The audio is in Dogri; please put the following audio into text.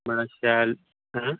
बड़ा शैल ऐ